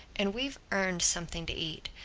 and we've earned something to eat.